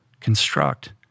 construct